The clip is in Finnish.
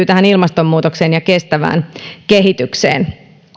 tähän ilmastonmuutokseen ja kestävään kehitykseen